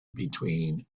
between